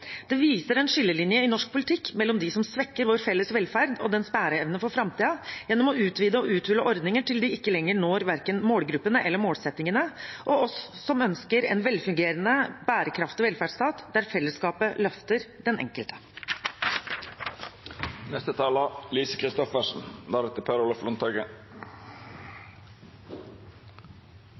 Det viser en skillelinje i norsk politikk mellom dem som svekker vår felles velferd og dens bæreevne for framtiden gjennom å utvide og uthule ordninger til de ikke lenger når verken målgruppene eller målsettingene, og oss som ønsker en velfungerende, bærekraftig velferdsstat der fellesskapet løfter den